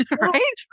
right